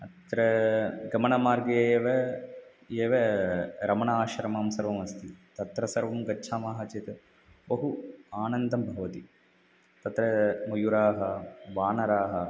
अत्र गमनमार्गे एव एव रमणाश्रमं सर्वमस्ति तत्र सर्वं गच्छामः चेत् बहु आनन्दं भवति तत्र मयुराः वानराः